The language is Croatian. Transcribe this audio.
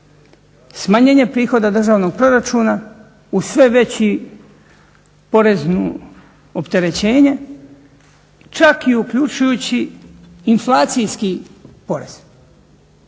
smanjene prihoda državnog proračuna uz sve veće porezno opterećenje čak i uključujući inflacijski porez.